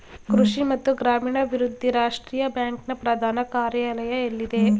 ಕೃಷಿ ಮತ್ತು ಗ್ರಾಮೀಣಾಭಿವೃದ್ಧಿ ರಾಷ್ಟ್ರೀಯ ಬ್ಯಾಂಕ್ ನ ಪ್ರಧಾನ ಕಾರ್ಯಾಲಯ ಎಲ್ಲಿದೆ?